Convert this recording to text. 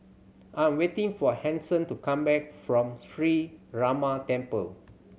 I am waiting for Hanson to come back from Sree Ramar Temple